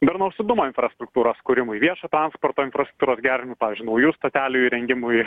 darnaus judumo infrastruktūros kūrimui viešo transporto infrastruktūros gerinimui pavyzdžiui naujų stotelių įrengimui